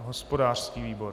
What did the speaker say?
Hospodářský výbor.